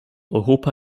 europa